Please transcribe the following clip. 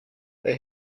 they